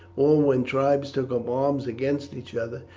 or when tribes took up arms against each other,